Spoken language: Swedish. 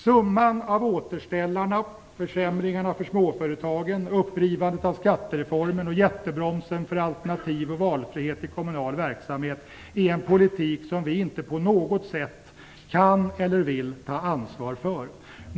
Summan av återställarna - försämringarna för småföretagen, upprivandet av skattereformen och jättebromsen för alternativ och valfrihet i kommunal verksamhet - är en politik som vi inte på något sätt kan eller vill ta ansvar för.